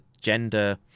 gender